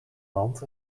land